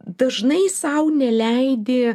dažnai sau neleidi